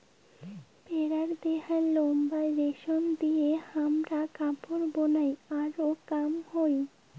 ভেড়ার দেহার লোম বা রেশম দিয়ে হামরা কাপড় বানাই আরো কাম হই